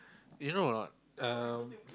you know or not um